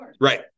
Right